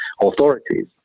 authorities